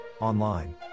online